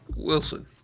Wilson